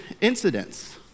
incidents